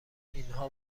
اینها